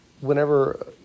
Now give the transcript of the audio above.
Whenever